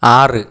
ആറ്